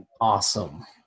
awesome